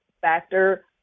factor